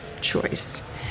choice